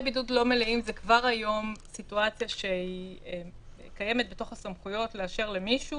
אז הוא בעצם נשאר בלי פיקוח טכנולוגי כי זה מקולקל.